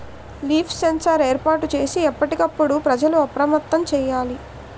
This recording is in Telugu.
లీఫ్ సెన్సార్ ఏర్పాటు చేసి ఎప్పటికప్పుడు ప్రజలు అప్రమత్తంగా సేయాలి